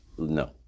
No